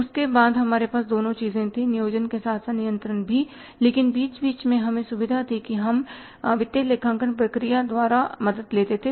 उसके बाद हमारे पास दोनों चीजें थीं नियोजन के साथ साथ नियंत्रण भी लेकिन बीच बीच में हमें सुविधा थी कि हम वित्तीय लेखांकन प्रक्रिया द्वारा मदद लेते थे